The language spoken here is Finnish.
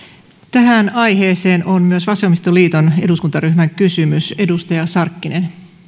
tähän aiheeseen on myös vasemmistoliiton eduskuntaryhmän kysymys edustaja sarkkinen